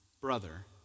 brother